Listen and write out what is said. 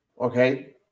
Okay